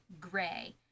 Gray